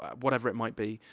whatever it might be.